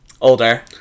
Older